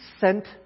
sent